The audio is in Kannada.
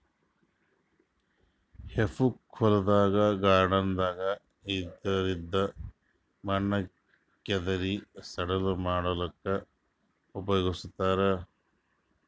ಹೆಫೋಕ್ ಹೊಲ್ದಾಗ್ ಗಾರ್ಡನ್ದಾಗ್ ಇದ್ದಿದ್ ಮಣ್ಣ್ ಕೆದರಿ ಸಡ್ಲ ಮಾಡಲ್ಲಕ್ಕನೂ ಉಪಯೊಗಸ್ತಾರ್